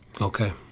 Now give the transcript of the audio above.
okay